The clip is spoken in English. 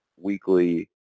weekly